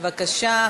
התשע"ה 2015,